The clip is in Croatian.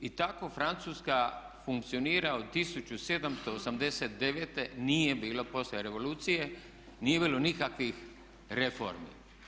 I tako Francuska funkcionira od 1789., nije bilo poslije revolucije nije bilo nikakvih reformi.